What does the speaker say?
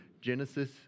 Genesis